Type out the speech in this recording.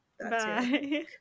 Bye